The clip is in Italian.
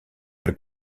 per